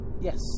Yes